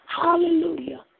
Hallelujah